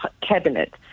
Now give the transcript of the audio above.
Cabinet